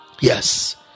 yes